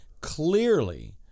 clearly